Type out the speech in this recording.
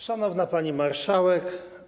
Szanowna Pani Marszałek!